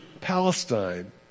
Palestine